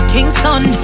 Kingston